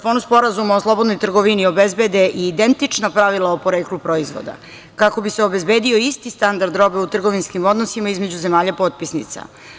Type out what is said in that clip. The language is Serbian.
Sporazuma o slobodnoj trgovini obezbede identična pravila o poreklu proizvoda, kako bi se obezbedio isti standard robe u trgovinskim odnosima između zemalja potpisnica.